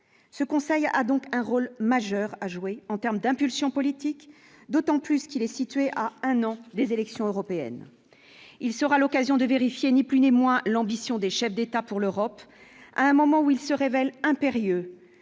ce conseil a donc un rôle majeur à jouer, en terme d'impulsion politique d'autant plus qu'il est situé à un an des élections européennes, il sera l'occasion de vérifier ni plus ni moins l'ambition des chefs d'État pour l'Europe, à un moment où il se révèle impérieux